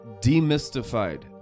demystified